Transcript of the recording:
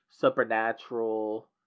Supernatural